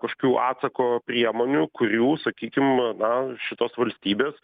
kaškių atsako priemonių kurių sakykim na šitos valstybės